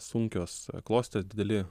sunkios klostės dideli